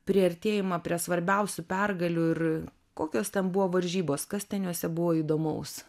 priartėjimą prie svarbiausių pergalių ir kokios ten buvo varžybos kas ten jose buvo įdomaus